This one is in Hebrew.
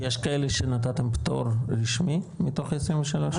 יש כאלה שנתתם פטור רשמי מתוך ה-23?